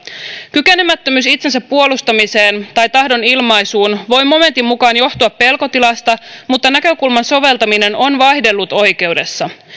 kykenemättömyys itsensä puolustamiseen tai tahdon ilmaisuun voi momentin mukaan johtua pelkotilasta mutta näkökulman soveltaminen on vaihdellut oikeudessa